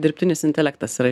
dirbtinis intelektas yra